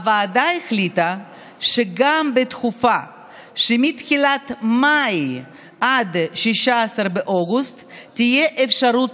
הוועדה החליטה שגם בעבור התקופה שמתחילת מאי עד 16 באוגוסט תהיה אפשרות